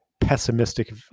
pessimistic